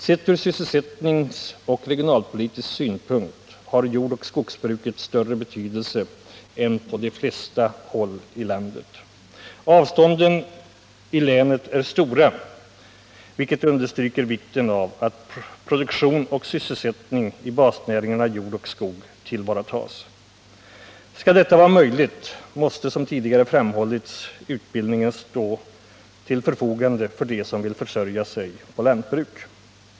Sett från sysselsättningsoch regionalpolitisk synpunkt har jordoch skogsbruket där större betydelse än på de flesta håll i landet. Avstånden i länet är stora, vilket understryker vikten av att produktion och sysselsättning i basnäringarna jordoch skogsbruk tillvaratas. Skall detta vara möjligt måste som tidigare framhållits utbildning stå till förfogande för dem som vill försörja sig på lantbruk.